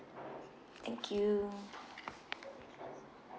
thank you